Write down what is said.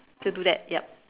just do that yup